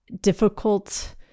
difficult